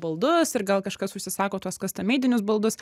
baldus ir gal kažkas užsisako tuos kastameidinius baldus